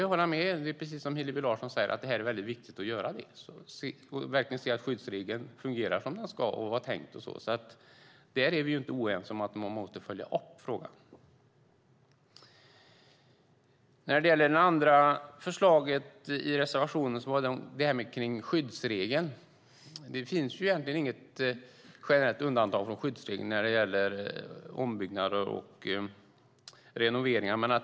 Jag håller med Hillevi Larsson om att det är viktigt att se till att skyddsregeln fungerar som den var tänkt. Vi är inte oense om att man måste följa upp detta. Det andra förslaget i reservationen gäller skyddsregeln. Det finns egentligen inget generellt undantag från skyddsregeln när det gäller ombyggnader och renoveringar.